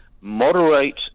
moderate